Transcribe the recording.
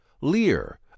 Lear